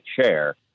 chair